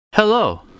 Hello